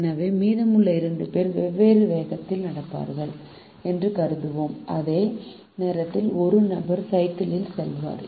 எனவே மீதமுள்ள 2 பேர் வெவ்வேறு வேகத்தில் நடப்பார்கள் என்று கருதுவோம் அதே நேரத்தில் 1 நபர் சைக்கிளில் செல்வார்